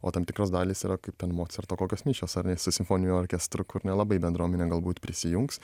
o tam tikros dalys yra kaip ten mocarto kokios mišios ar ne su simfoniniu orkestru kur nelabai bendruomenė galbūt prisijungs